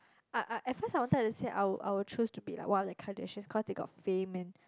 ah ah at first I wanted to say I'll I'll choose to be like one of the kardashians cause they got fame and